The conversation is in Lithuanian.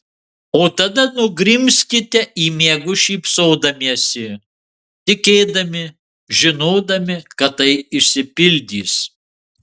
o tada nugrimzkite į miegus šypsodamiesi tikėdami žinodami kad tai išsipildys